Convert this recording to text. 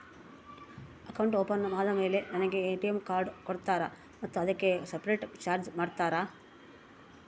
Account open ಆದಮೇಲೆ ನನಗೆ ATM card ಕೊಡ್ತೇರಾ ಮತ್ತು ಅದಕ್ಕೆ ಸಪರೇಟ್ ಚಾರ್ಜ್ ಮಾಡ್ತೇರಾ?